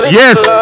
yes